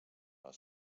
les